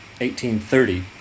1830